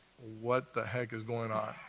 what the heck is going on?